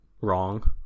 wrong